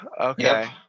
Okay